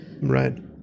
Right